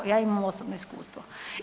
Ja imam osobno iskustvo.